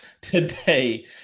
today